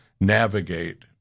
navigate